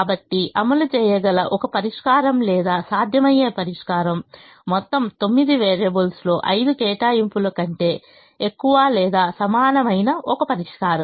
కాబట్టి అమలు చేయగల ఒక పరిష్కారం లేదా సాధ్యమయ్యే పరిష్కారం మొత్తం 9 వేరియబుల్స్లో 5 కేటాయింపుల కంటే ఎక్కువ లేదా సమానమైన ఒక పరిష్కారం